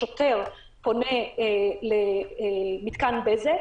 השוטר פונה למתקן "בזק",